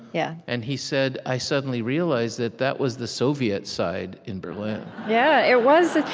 yeah and he said, i suddenly realized that that was the soviet side in berlin. yeah, it was.